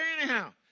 anyhow